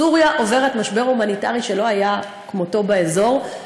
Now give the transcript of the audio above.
סוריה עוברת משבר הומניטרי שלא היה כמותו באזור,